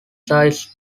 sites